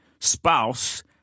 spouse